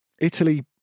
Italy